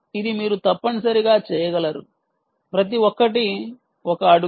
ఇది మీరు తప్పనిసరిగా చేయగలరు ప్రతి ఒక్కటి ఒక అడుగు